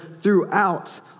throughout